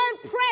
press